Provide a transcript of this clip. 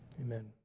Amen